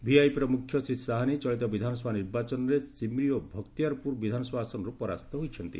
ଭିଆଇପିର ମୁଖ୍ୟ ଶ୍ରୀ ସାହାନୀ ଚଳିତ ବିଧାନସଭା ନିର୍ବାଚନରେ ସିମ୍ରି ଓ ଭକ୍ତିଆର ପୁର ବିଧାନସଭା ଆସନରୁ ପରାସ୍ତ ହୋଇଛନ୍ତି